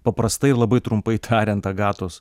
paprastai labai trumpai tariant agatos